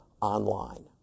online